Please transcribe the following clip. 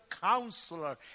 counselor